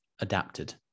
adapted